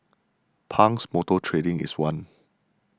Pang's Motor Trading is one